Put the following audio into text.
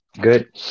good